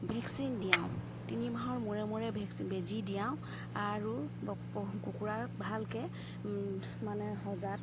vaccine দিয়াও তিনি মাহৰ মূৰে মূৰে ভেকচিন বেজী দিয়াওঁ আৰু কুকুৰাৰ ভালকৈ মানে সজাত